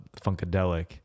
Funkadelic